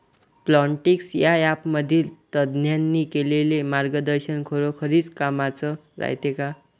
Plantix या ॲपमधील तज्ज्ञांनी केलेली मार्गदर्शन खरोखरीच कामाचं रायते का?